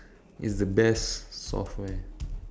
it's the best software